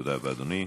תודה רבה, אדוני.